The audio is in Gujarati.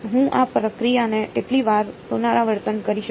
હું આ પ્રક્રિયાને કેટલી વાર પુનરાવર્તન કરી શકું